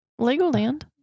Legoland